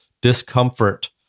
discomfort